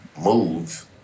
moves